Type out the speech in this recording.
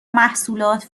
محصولات